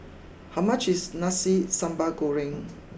how much is Nasi Sambal Goreng